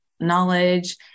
knowledge